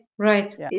Right